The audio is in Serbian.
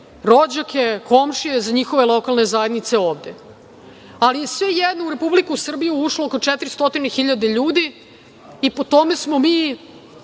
rođake, komšije, za njihove lokale zajednice ovde. Ali, svejedno, u Republiku Srbiju je ušlo oko 400.000 ljudi i po tome smo mi,